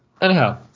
Anyhow